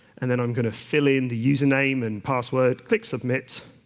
and then i'm going to fill in the user name and password, click submit,